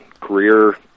career